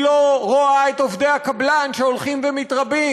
היא לא רואה את עובדי הקבלן שהולכים ומתרבים,